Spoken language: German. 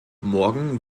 morgen